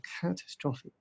catastrophic